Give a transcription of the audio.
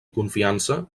confiança